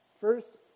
First